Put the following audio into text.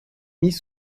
mis